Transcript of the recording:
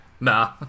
Nah